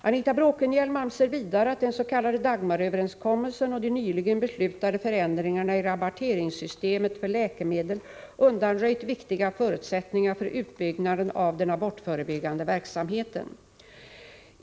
Anita Bråkenhielm anser vidare att den s.k. Dagmaröverenskommelsen och de nyligen beslutade förändringarna i rabatteringssystemet för läkemedel undanröjt viktiga förutsättningar för utbyggnaden av den abortförebyggande verksamheten.